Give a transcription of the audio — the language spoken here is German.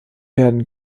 werden